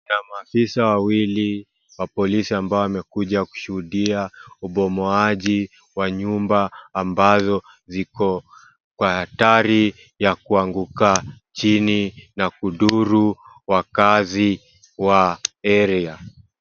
Maafisa wawili wa polisi ambao wamekuja kushuhudia ubomoaji wa nyumba ambazo ziko Kwa hatari ya kuanguka chini na kudhuru wakaazi wa area .